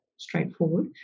straightforward